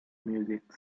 music